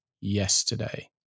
yesterday